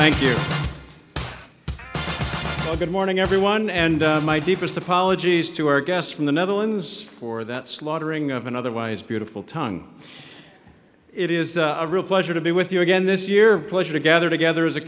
thank you good morning everyone and my deepest apologies to our guests from the netherlands for that slaughtering of an otherwise beautiful tongue it is a real pleasure to be with you again this year pleasure to gather together as a